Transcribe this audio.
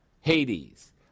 Hades